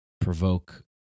Provoke